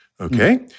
Okay